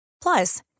Plus